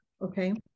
Okay